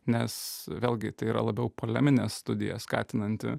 nes vėlgi tai yra labiau poleminė studija skatinanti